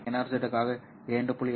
எனவே நான் NRZ க்காக 2